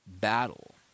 battle